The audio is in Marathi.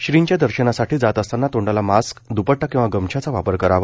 श्रींच्या दर्शनासाठी जात असतांना तोंडाला मास्क द्पद्वा किंवा गमछाचा वापर करावा